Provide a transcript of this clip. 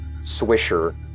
swisher